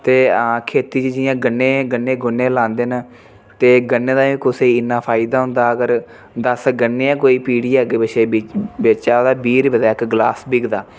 ते हां खेती च जियां गन्ने गन्ने गुन्ने लांदे न ते गन्ने दा इयां कुसै इन्ना फायदा होंदा अगर दस गन्ने गै कोई पीड़ियै अग्गें पिच्छे बेचै ते बीह् रपेऽ दा इक ग्लास बिकदा